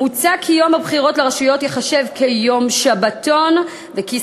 מוצע כי יום הבחירות לרשויות ייחשב כיום שבתון וכי